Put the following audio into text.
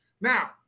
Now